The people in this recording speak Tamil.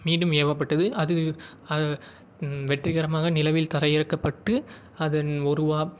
மீண்டும் ஏவப்பட்டது அது வெற்றிகரமாக நிலவில் தரையிறக்கப்பட்டு அதன் ஒரு வா